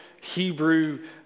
Hebrew